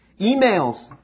Emails